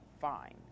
fine